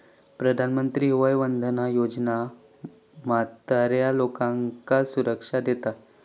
प्रधानमंत्री वय वंदना योजना म्हाताऱ्या लोकांका सुरक्षा देता